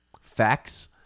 Facts